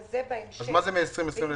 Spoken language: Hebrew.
אבל זה בהמשך, ואם זה מעל 15%,